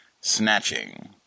snatching